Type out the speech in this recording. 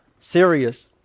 serious